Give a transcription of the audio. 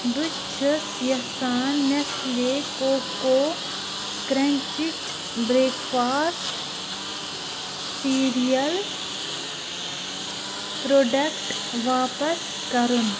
بہٕ چھیٚس یژھان نیٚسلے کوکو کرٛنٛچِچ برٛیٚکفاسٹ سیٖریَل پرٛوڈکٹہٕ واپَس کرُن